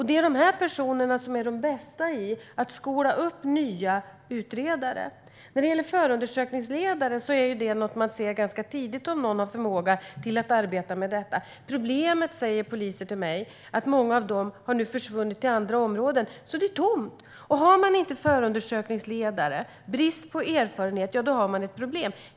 Det är dessa personer som är de bästa när det gäller att lära upp nya utredare. Man ser ganska tidigt om någon har förmåga att arbeta som förundersökningsledare. Poliser säger till mig att problemet är att många av dessa personer nu har försvunnit till andra områden. Det är tomt. Om man inte har några förundersökningsledare och när man har brist på erfarenhet har man ett problem.